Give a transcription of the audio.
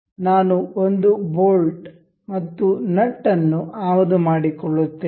ನಾನು ಒಂದು ಬೋಲ್ಟ್ ಮತ್ತು ನಟ್ ಅನ್ನು ಆಮದು ಮಾಡಿಕೊಳ್ಳುತ್ತೇನೆ